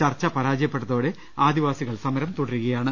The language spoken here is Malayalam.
ചർച്ച പരാജയപ്പെട്ടതോടെ ആദിവാസികൾ സമരം തുടരുകയാണ്